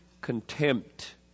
contempt